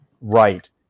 right